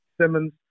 Simmons